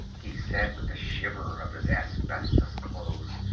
he said, with a shiver of his asbestos clothes,